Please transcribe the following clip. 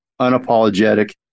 unapologetic